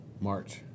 March